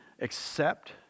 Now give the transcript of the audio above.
accept